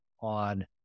on